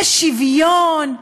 ושוויון.